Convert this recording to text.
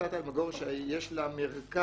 מעמותת אלמגור, שהיה לה מרכז